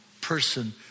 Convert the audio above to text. person